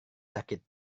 sakit